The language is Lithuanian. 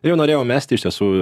jau norėjau mesti iš tiesų